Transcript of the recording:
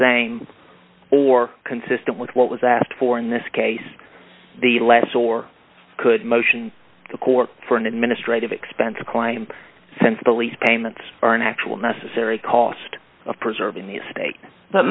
same or consistent with what was asked for in this case the last or could motion the court for an administrative expense claim since the lease payments are an actual necessary cost of preserving the estate but